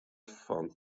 fan